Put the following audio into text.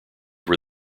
were